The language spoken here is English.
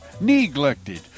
Neglected